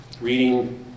reading